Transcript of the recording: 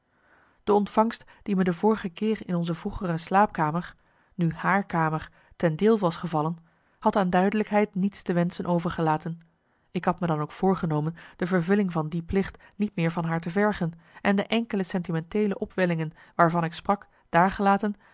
de ontvangst die me de vorige keer in onze vroegere slaapkamer nu haar kamer ten deel was gevallen had aan duidelijkheid niets te wenschen overgelaten ik had me dan ook voorgenomen de vervulling van die plicht niet meer van haar te vergen en de enkele sentimenteele opwellingen waarvan ik sprak daargelaten